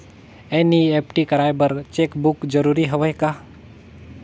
NEFT कराय बर cheque book जरूरी हवय का?